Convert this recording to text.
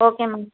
okay ma'am